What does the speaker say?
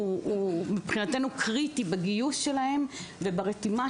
מבחינתנו זה קריטי בגיוס שלהם וברתימה